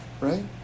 Right